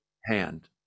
hand